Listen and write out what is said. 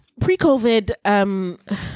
Pre-COVID